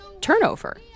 turnover